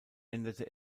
änderte